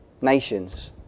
nations